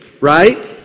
right